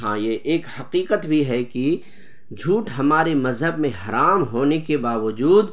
ہاں یہ ایک حقیقت بھی ہے کہ جھوٹ ہمارے مذہب میں حرام ہونے کے باوجود